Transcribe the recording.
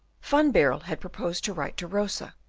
van baerle had proposed to write to rosa,